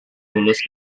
lulus